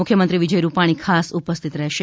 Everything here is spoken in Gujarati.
મુખ્યમંત્રી વિજય રૂપાણી ખાસ ઉપસ્થિત રહેશે